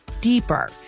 deeper